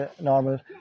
normal